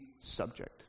subject